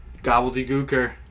Gobbledygooker